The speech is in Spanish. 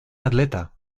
atleta